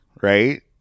right